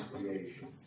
creation